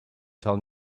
told